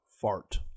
Fart